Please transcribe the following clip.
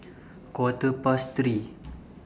Quarter Past three